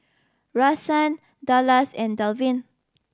Rahsaan Dallas and Dalvin